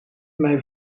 mij